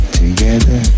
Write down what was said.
together